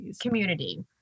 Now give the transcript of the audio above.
community